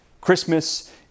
Christmas